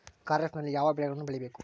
ಖಾರೇಫ್ ನಲ್ಲಿ ಯಾವ ಬೆಳೆಗಳನ್ನು ಬೆಳಿಬೇಕು?